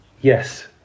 yes